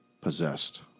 Possessed